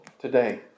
today